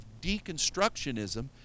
deconstructionism